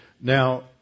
Now